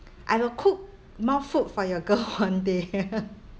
I will cook more food for your girl one day